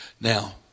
Now